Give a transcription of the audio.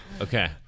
Okay